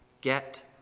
Get